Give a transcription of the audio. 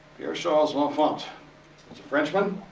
pierre charles l'enfant is a frenchman,